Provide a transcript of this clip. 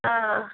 ಹಾಂ